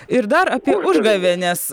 ir dar apie užgavėnes